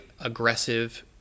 aggressive